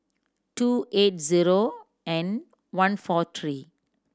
two eight zero and one four three